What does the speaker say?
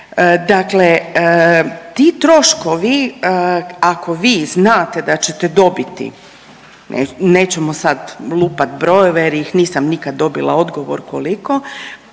Dakle, ti troškovi ako vi znate da ćete dobiti nećemo sad lupati brojeve jer nisam nikad dobila odgovor koliko,